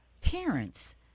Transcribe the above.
parents